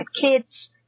kids